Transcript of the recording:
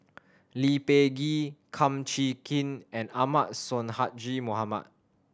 Lee Peh Gee Kum Chee Kin and Ahmad Sonhadji Mohamad